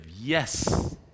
Yes